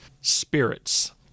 spirits